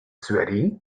sweaty